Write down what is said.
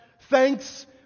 Thanks